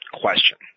question